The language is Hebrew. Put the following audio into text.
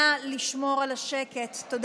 נא לשמור על השקט.